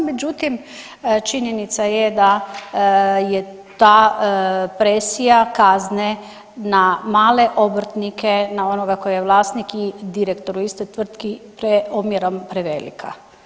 Međutim, činjenica je da je ta presija kazne na male obrtnike, na onoga tko je vlasnik i direktor u istoj tvrtki omjerom prevelika.